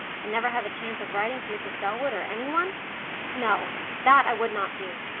and never have a chance of writing to mrs. selwood or any one! no, that i would not do.